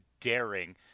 daring